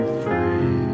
free